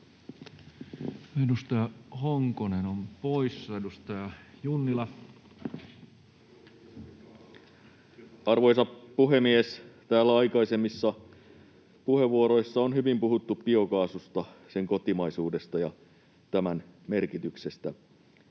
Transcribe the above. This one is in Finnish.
muiksi laeiksi Time: 18:01 Content: Arvoisa puhemies! Täällä aikaisemmissa puheenvuoroissa on hyvin puhuttu biokaasusta, sen kotimaisuudesta ja tämän merkityksestä